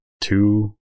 two